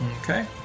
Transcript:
Okay